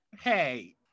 hey